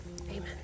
Amen